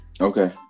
okay